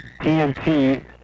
TNT